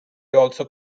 also